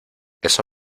eso